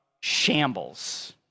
shambles